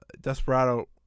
desperado